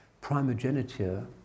primogeniture